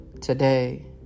today